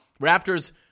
Raptors